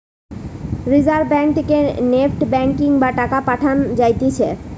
reserve Bank থেকে NEFT banking বা টাকা পাঠান যাতিছে